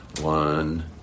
One